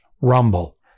rumble